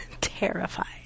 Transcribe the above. Terrified